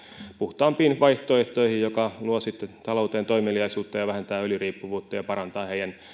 puhtaampiin vaihtoehtoihin mikä luo sitten talouteen toimeliaisuutta vähentää öljyriippuvuutta ja parantaa heidän